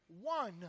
one